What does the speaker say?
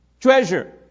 treasure